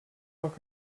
doch